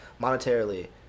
monetarily